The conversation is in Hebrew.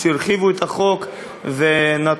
שהרחיבו את החוק ונתנו,